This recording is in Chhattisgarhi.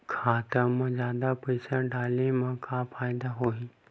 खाता मा जादा पईसा डाले मा का फ़ायदा होही?